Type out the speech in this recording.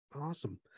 awesome